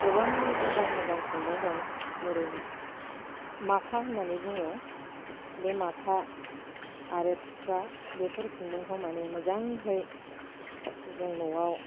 गोबां मोजां मोजां खुन्दुं दं जेरै माथा होननानै बुङो बे माथा आरो थुख्रा बेफोर खुन्दुंखौ माने मोजाङै जों न'आव